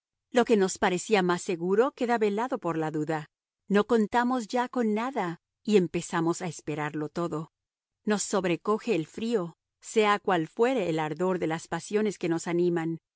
lo que nos parecía más seguro queda velado por la duda no contamos ya con nada y empezamos a esperarlo todo nos sobrecoge el frío sea cual fuere el ardor de las pasiones que nos animan